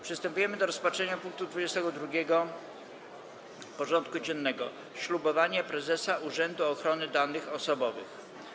Przystępujemy do rozpatrzenia punktu 22. porządku dziennego: Ślubowanie prezesa Urzędu Ochrony Danych Osobowych.